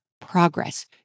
progress